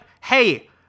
hey